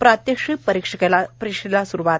प्रात्यक्षिक परीक्षेला स्रूवात